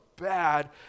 bad